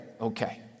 Okay